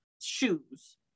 shoes